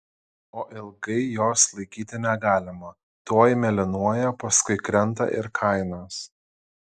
o ilgai jos laikyti negalima tuoj mėlynuoja paskui krenta ir kainos